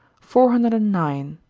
four hundred and nine.